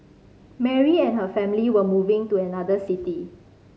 Mary and her family were moving to another city